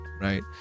Right